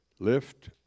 Lift